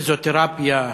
פיזיותרפיה,